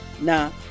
now